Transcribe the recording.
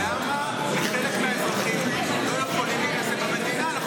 למה חלק מהאזרחים לא יכולים להתחתן במדינה?